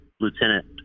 Lieutenant